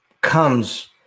comes